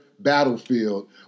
battlefield